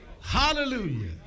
Hallelujah